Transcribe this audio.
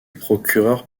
procureur